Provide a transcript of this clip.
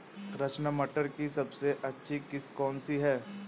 रचना मटर की सबसे अच्छी किश्त कौन सी है?